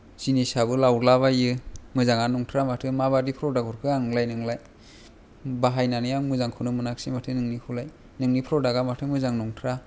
जिनिसाबो लावलाबायो मोजाङानो नंथ्रा माथो माबादि प्रदाक्त हरखो आंनोलाय नोंलाय बाहायनानै आं मोजांखौनो मोनाखिसै माथो नोंनिखौलाय नोंनि प्रदाक्ता माथो मोजां नंथ्रा